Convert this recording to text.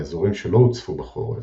באזורים שלא הוצפו בחורף,